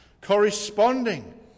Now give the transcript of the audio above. corresponding